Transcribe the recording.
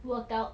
workout